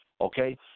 okay